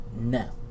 No